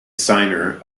signer